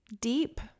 deep